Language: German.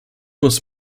muss